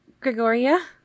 Gregoria